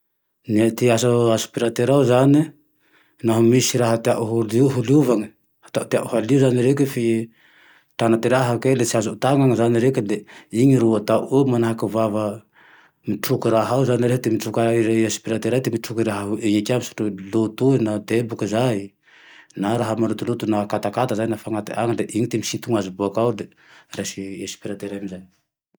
Ny agne ty asao aspiratera ao zane, laho misy ty raha teao ho liovane, atao tiao halio zane reke fe tana ty raha fe tsy azo tanane zane reke le iny ro atao eo manahaky vava mitroky raha io zane rehe mitroky rehe, aspiratera ty mitroky rahao, i ka mitroky loto na deboky zay, na raha malotoloto na akatakata zay nafa anatiny agne le iny ty misinto aze bakao le raisy i aspiratera iny me zay